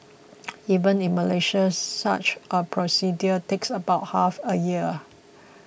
even in Malaysia such a procedure takes about half a year